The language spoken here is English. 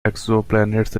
exoplanets